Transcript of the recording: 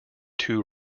two